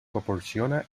proporciona